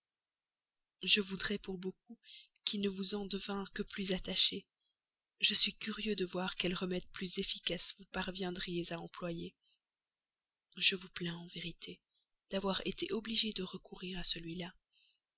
je voudrais pour beaucoup qu'il ne vous en devînt que plus attaché je serais curieux de voir quel remède plus efficace vous parviendriez à employer je vous plains en vérité d'avoir été obligée de recourir à celui-là